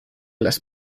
las